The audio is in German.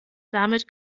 damit